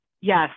yes